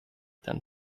than